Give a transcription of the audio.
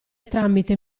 tramite